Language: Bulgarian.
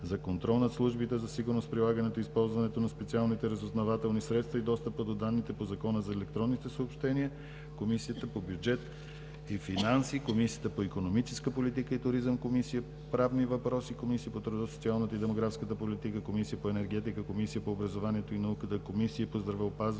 за контрол над службите за сигурност, прилагането и използването на специалните разузнавателни средства и достъпа до данните по Закона за електронните съобщения, Комисията по бюджет и финанси, Комисията по икономическа политика и туризъм, Комисията по правни въпроси, Комисията по труда, социалната и демографската политика, Комисията по енергетика, Комисията по образованието и науката, Комисията по здравеопазването,